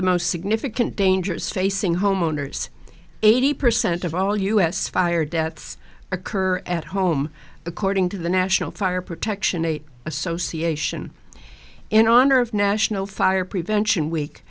the most significant dangers facing homeowners eighty percent of all u s fire deaths occur at home according to the national fire protection eight association in honor of national fire prevention week